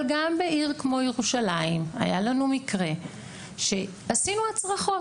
אבל גם בעיר כמו ירושלים היה לנו מקרה שעשינו הצרכות,